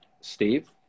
Steve